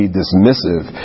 dismissive